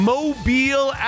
Mobile